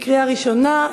קריאה ראשונה.